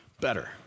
better